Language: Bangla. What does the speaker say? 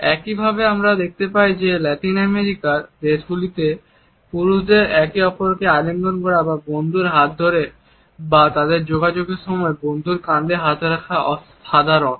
একইভাবে আমরা দেখতে পাই যে লাতিন আমেরিকার দেশগুলিতে পুরুষদের একে অপরকে আলিঙ্গন করা বা বন্ধুর হাত ধরা বা তাদের যোগাযোগের সময় বন্ধুর কাঁধে হাত রাখা সাধারণ